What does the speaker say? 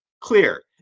Clear